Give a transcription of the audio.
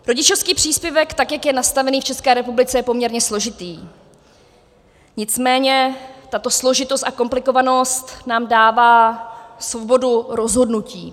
Rodičovský příspěvek, tak jak je nastavený v České republice, je poměrně složitý, nicméně tato složitost a komplikovanost nám dává svobodu rozhodnutí.